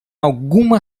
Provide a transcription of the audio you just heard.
alguma